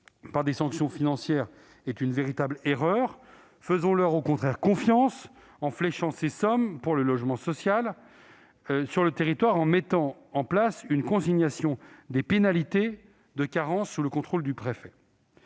par des sanctions financières est une véritable erreur ; faisons-leur confiance, au contraire, en fléchant ces sommes vers le logement social sur le territoire, au moyen d'une consignation des pénalités de carence sous le contrôle du préfet.